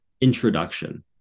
introduction